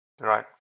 Right